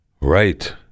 Right